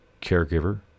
caregiver